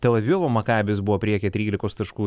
tel avivo makabis buvo priekyje trylikos taškų